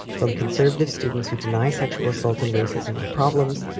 from conservative students who deny sexual assault and racism or problems,